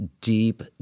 deep